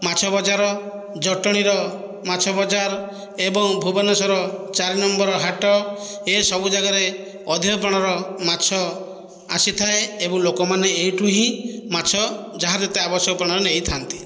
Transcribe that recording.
ମାଛ ବଜାର ଜଟଣୀର ମାଛ ବଜାର ଏବଂ ଭୁବନେଶ୍ୱର ଚାରି ନମ୍ବର ହାଟ ଏସବୁ ଜାଗାରେ ଅଧିକ ପରିମାଣର ମାଛ ଆସିଥାଏ ଏବଂ ଲୋକମାନେ ଏଇଠୁ ହିଁ ମାଛ ଯାହାର ଯେତେ ଆବଶ୍ୟକ ପରିମାଣର ନେଇଥାନ୍ତି